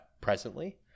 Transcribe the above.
presently